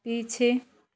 पीछे